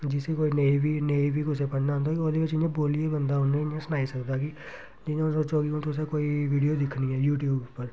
जिसी कोई नेईं बी नेईं बी कुसै पढ़ना आंदा ओह्दे बिच्च इ'यां बोलियै बंदा उ'नें गी इयां सनाई सकदा कि जियां हून सोचो तुसें कोई वीडियो दिक्खनी ऐ यू ट्यूब उप्पर